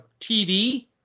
TV